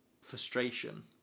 frustration